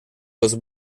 los